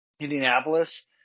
Indianapolis